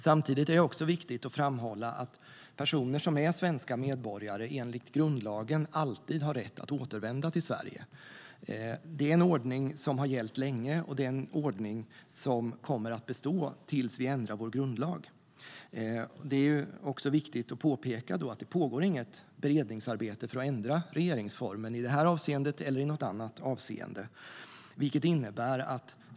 Samtidigt är det viktigt att framhålla att personer som är svenska medborgare enligt grundlagen alltid har rätt att återvända till Sverige. Det är en ordning som har gällt länge, och det är en ordning som kommer att bestå tills vi ändrar vår grundlag. Det är då också viktigt att påpeka att det inte pågår något beredningsarbete för att ändra regeringsformen i det här avseendet eller i något annat avseende.